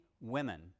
women